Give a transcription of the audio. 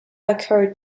occurred